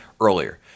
earlier